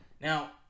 Now